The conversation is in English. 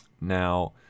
Now